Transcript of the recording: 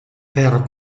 per